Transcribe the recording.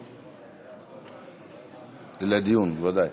לדיון, בוודאי.